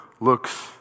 looks